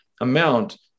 amount